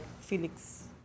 Felix